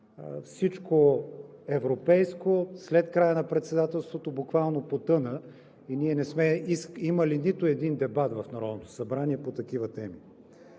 всичко европейско след края на председателството буквално потъна и ние не сме имали нито един дебат в Народното събрание по такива теми.